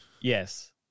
Yes